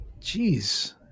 Jeez